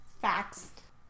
facts